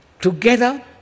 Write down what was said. together